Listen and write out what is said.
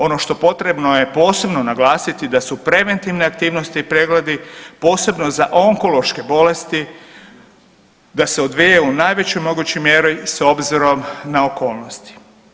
Ono što potrebno posebno naglasiti da su preventivne aktivnosti i pregledi posebno za onkološke bolesti da se odvijaju u najvećoj mogućoj mjeri s obzirom na okolnosti.